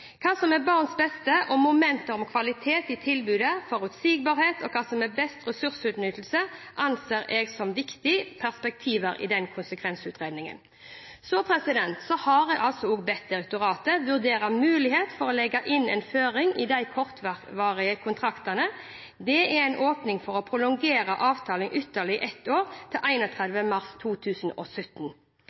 Hva som er barns beste, og momentene om kvalitet i tilbudet, forutsigbarhet og hva som er best ressursutnyttelse, anser jeg som viktige perspektiver i konsekvensutredningen. Så har jeg også bedt direktoratet vurdere muligheten for å legge inn en føring i de kortvarige kontraktene. Det er en åpning for å prolongere avtalen ytterligere ett år, til 31. mars 2017.